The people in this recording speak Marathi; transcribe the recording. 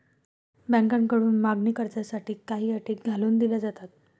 बँकांकडून मागणी कर्जासाठी काही अटी घालून दिल्या जातात